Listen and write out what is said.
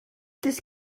this